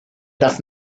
enough